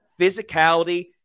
physicality